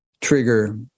trigger